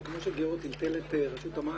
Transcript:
שכמו שגיורא טלטל את רשות המים,